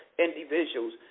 individuals